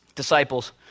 disciples